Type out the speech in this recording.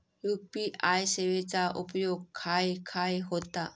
UPI सेवेचा उपयोग खाय खाय होता?